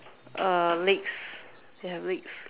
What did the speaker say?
uh legs they have legs